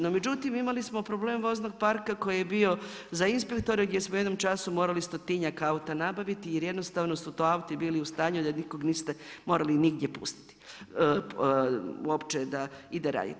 No međutim, imali smo problem voznog parka koji je bio za inspektore gdje smo u jednom času morali stotinjak auta nabaviti, jer jednostavno su to auti bili u stanju da nikog niste morali nigdje pustiti, uopće da ide raditi.